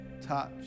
touch